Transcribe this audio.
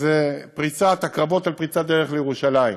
זה הקרבות על פריצת הדרך לירושלים.